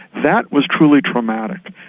that was truly traumatic.